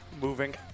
Moving